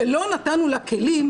ולא נתנו לה כלים,